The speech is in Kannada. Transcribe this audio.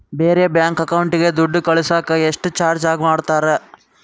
ಬೇರೆ ಬ್ಯಾಂಕ್ ಅಕೌಂಟಿಗೆ ದುಡ್ಡು ಕಳಸಾಕ ಎಷ್ಟು ಚಾರ್ಜ್ ಮಾಡತಾರ?